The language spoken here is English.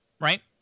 Right